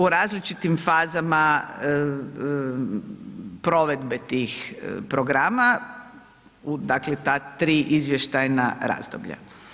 U različitim fazama provedbe tih programa, dakle ta tri izvještajna razdoblja.